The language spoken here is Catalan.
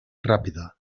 ràpida